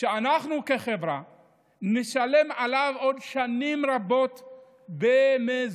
ואנחנו כחברה נשלם עליו עוד שנים רבות במזומן,